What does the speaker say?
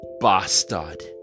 bastard